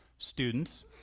students